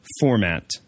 format